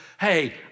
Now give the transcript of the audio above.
hey